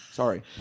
Sorry